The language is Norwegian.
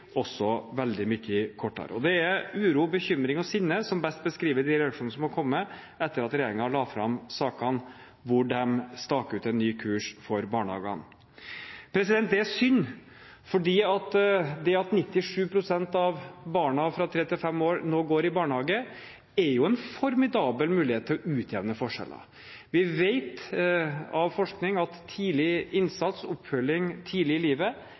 også veldig mye kortere. Det er uro, bekymring og sinne som best beskriver de reaksjonene som har kommet, etter at regjeringen la fram sakene hvor de staker ut en ny kurs for barnehagene. Det er synd, for det at 97 pst. av barna fra tre til fem år nå går i barnehage, er en formidabel mulighet til å utjevne forskjeller. Vi vet av forskning at tidlig innsats og oppfølging tidlig i livet